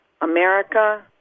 America